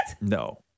No